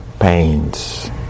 pains